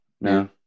no